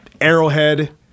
Arrowhead